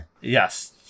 Yes